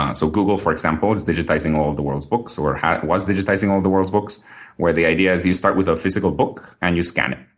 ah so google, for example, is digitizing all of the world's books or was digitizing all the world's books where the idea is you start with a physical book, and you scan it.